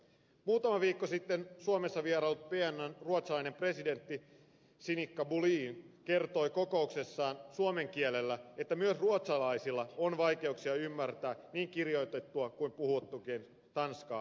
muutama viikko sitten suomessa vieraillut pnn ruotsalainen presidentti sinikka bohlin kertoi kokouksessaan suomen kielellä että myös ruotsalaisilla on vaikeuksia ymmärtää niin kirjoitettua kuin puhuttuakin tanskaa